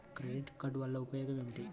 Credit card వల్ల ఉపయోగం ఏమిటీ?